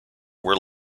were